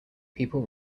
people